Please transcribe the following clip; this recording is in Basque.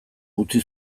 utzi